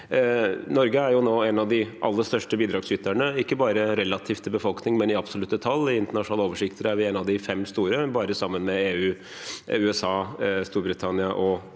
Norge er nå en av de aller største bidragsyterne, ikke bare relativt til befolkning, men i absolutte tall. I internasjonale oversikter er vi en av de fem store – det er vel da sammen med EU, USA, Storbritannia og